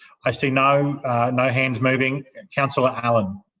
i see no no hands moving. and councillor allan.